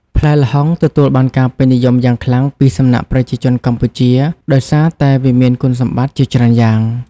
ផ្លែល្ហុងទទួលបានការពេញនិយមយ៉ាងខ្លាំងពីសំណាក់ប្រជាជនកម្ពុជាដោយសារតែវាមានគុណសម្បត្តិជាច្រើនយ៉ាង។